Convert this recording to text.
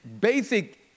basic